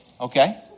Okay